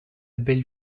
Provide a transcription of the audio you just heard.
belle